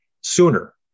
sooner